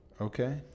Okay